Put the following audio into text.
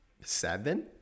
seven